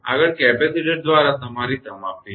આગળ કેપેસિટર દ્વારા તમારી સમાપ્તિ છે